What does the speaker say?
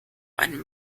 einem